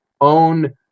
own